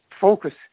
focus